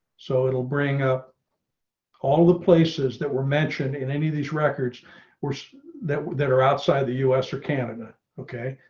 so it'll bring up all the places that were mentioned in any of these records were that that are outside the us or canada. okay.